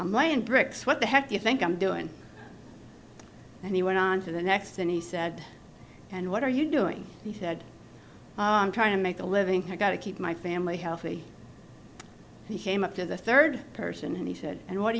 i'm laying bricks what the heck do you think i'm doing and he went on to the next and he said and what are you doing he said i'm trying to make a living i got to keep my family healthy and he came up to the third person and he said and what